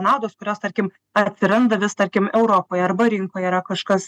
naudos kurios tarkim atsiranda vis tarkim europoj arba rinkoje yra kažkas